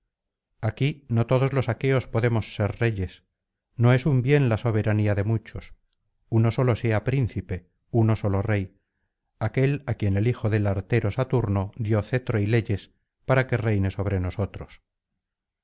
aquí no todos los aqueos podemos ser reyes no es un bien la soberanía de muchos uno solo sea príncipe uno solo rey aquel á quien el hijo del artero saturno dio cetro y leyes para que reine sobre nosotros